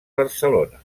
barcelona